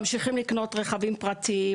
ממשיכים לקנות רכבים פרטיים,